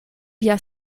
via